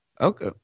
Okay